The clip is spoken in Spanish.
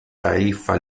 taifa